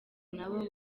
nabo